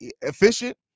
efficient